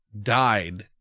died